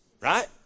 Right